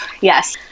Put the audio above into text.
yes